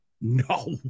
No